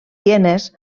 hienes